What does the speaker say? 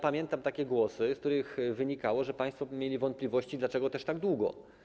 Pamiętam takie głosy, z których wynikało, że państwo by mieli wątpliwości, dlaczego też tak długo.